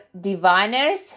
diviners